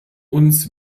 uns